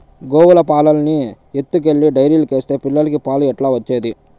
గోవుల పాలన్నీ ఎత్తుకెళ్లి డైరీకేస్తే పిల్లలకి పాలు ఎట్లా వచ్చేది